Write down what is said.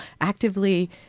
actively